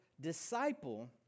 disciple